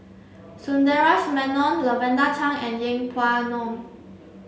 Sundaresh Menon Lavender Chang and Yeng Pway Ngon